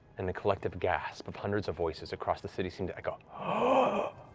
and the collective gasp of hundreds of voices across the city seem to echo, ah